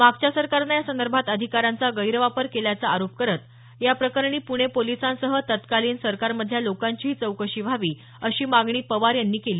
मागच्या सरकारनं यासंदर्भात अधिकारांचा गैरवापर केल्याचा आरोप करत या प्रकरणी पुणे पोलिसांसह तत्कालिन सरकारमधल्या लोकांचीही चौकशी व्हावी अशी मागणी पवार यांनी केली